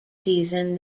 season